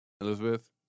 Elizabeth